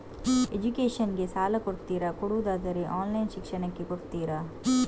Education ಗೆ ಸಾಲ ಕೊಡ್ತೀರಾ, ಕೊಡುವುದಾದರೆ ಆನ್ಲೈನ್ ಶಿಕ್ಷಣಕ್ಕೆ ಕೊಡ್ತೀರಾ?